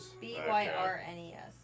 B-Y-R-N-E-S